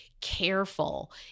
careful